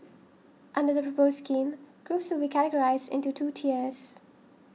under the proposed scheme groups will be categorised into two tiers